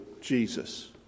Jesus